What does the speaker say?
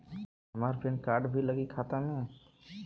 हमार PAN card भी लगी खाता में?